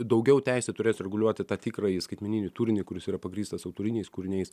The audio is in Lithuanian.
daugiau teisė turės reguliuoti tą tikrąjį skaitmeninį turinį kuris yra pagrįstas autoriniais kūriniais